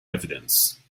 evidence